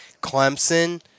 Clemson